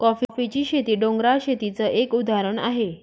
कॉफीची शेती, डोंगराळ शेतीच एक उदाहरण आहे